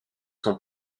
sont